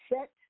set